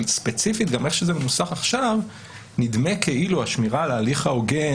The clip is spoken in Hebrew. אבל ספציפית גם איך שזה מנוסח עכשיו נדמה כאילו השמירה על ההליך ההוגן